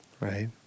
right